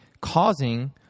causing